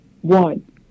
one